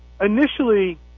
initially